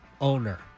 owner